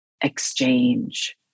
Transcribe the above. exchange